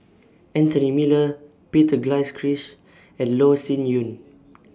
Anthony Miller Peter Gilchrist and Loh Sin Yun